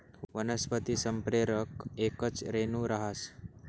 वनस्पती संप्रेरक येकच रेणू रहास